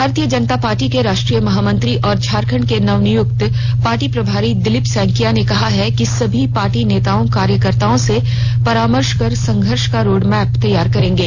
भारतीय जनता पार्टी के राष्ट्रीय महामंत्री और झारखंड के नवनियुक्त पार्टी प्रभारी दिलीप सैकिया ने कहा है कि सभी पार्टी नेताओं कार्यकर्त्ताओं से परामर्श कर संघर्ष का रोडमैप तैयार करेंगे